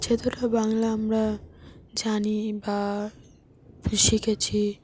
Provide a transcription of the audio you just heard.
যতটা বাংলা আমরা জানি বা শিখেছি